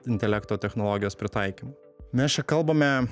intelekto technologijos pritaikymų mes čia kalbame